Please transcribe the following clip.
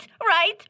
right